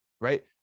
right